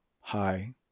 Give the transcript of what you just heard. Hi